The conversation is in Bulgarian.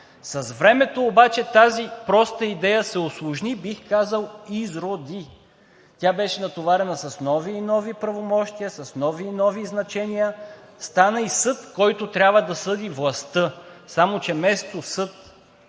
С времето обаче тази проста идея се усложни, бих казал изроди. Тя беше натоварена с нови и нови правомощия, с нови и нови значения, стана и съд, който трябва да съди властта, само че вместо съд,